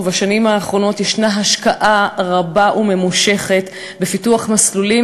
ובשנים האחרונות יש השקעה רבה וממושכת בפיתוח מסלולים